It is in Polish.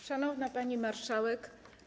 Szanowna Pani Marszałek!